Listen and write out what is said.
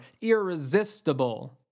irresistible